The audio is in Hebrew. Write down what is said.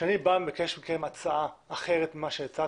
כשאני בא ומבקש מכם הצעה אחרת מזו שהצעתם,